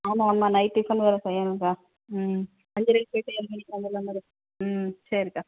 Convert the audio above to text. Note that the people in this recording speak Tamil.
ஆமாம் நான் நைட் டிஃபன் வேறு செய்யணும்க்கா ம் அஞ்சரைக்கு போய்ட்டு ஏழு மணிக்கு வந்துடுற மாதிரி ம் சரிக்கா